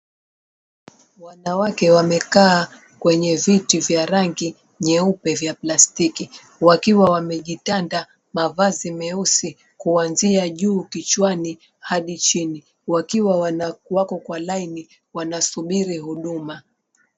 Wanawake wamekaa kwenye viti vya rangi nyeupe vya plastiki wakiwa wamejitanda mavazi i meusi kuanzia juu kichwani hadi chini. Wakiwa wako kwa laini wakisubiri huduma.